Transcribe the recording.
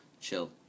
chill